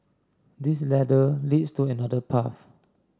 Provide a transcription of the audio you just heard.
this ladder leads to another path